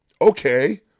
Okay